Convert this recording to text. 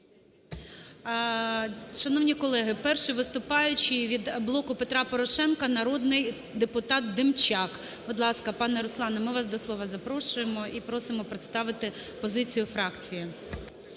Шановні колеги, перший виступаючий від "Блоку Петра Порошенка" народний депутат Демчак. Будь ласка, пане Руслане, ми вас до слова запрошуємо і просимо представити позицію фракції.